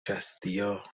شصتیا